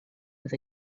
with